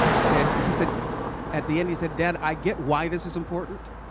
said he said at the end, he said, dad, i get why this is important,